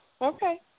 Okay